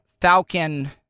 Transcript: Falcon